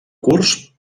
curs